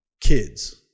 kids